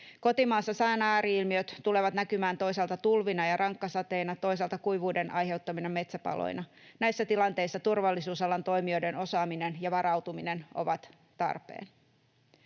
Kotimaassa sään ääri-ilmiöt tulevat näkymään toisaalta tulvina ja rankkasateina, toisaalta kuivuuden aiheuttamina metsäpaloina. Näissä tilanteissa turvallisuusalan toimijoiden osaaminen ja varautuminen ovat tarpeen.